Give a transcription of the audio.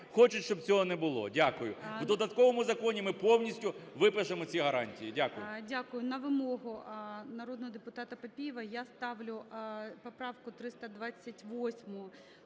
хочуть, щоб цього не було. Дякую. І в додатковому законі ми повністю випишемо ці гарантії. Дякую.